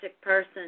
person